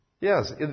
Yes